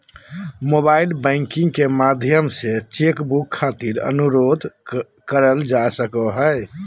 mobile banking के माध्यम से चेक बुक खातिर अनुरोध करल जा सको हय